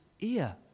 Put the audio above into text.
ear